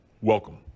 Welcome